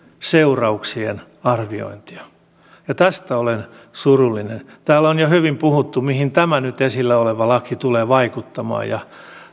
seurauksien arviointia tästä olen surullinen täällä on jo hyvin puhuttu mihin tämä nyt esillä oleva laki tulee vaikuttamaan ja